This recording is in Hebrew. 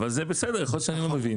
אבל זה בסדר, יכול להיות שאני לא מבין.